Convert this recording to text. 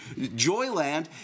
Joyland